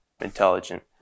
intelligent